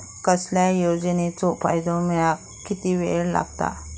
कसल्याय योजनेचो फायदो मेळाक कितको वेळ लागत?